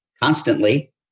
constantly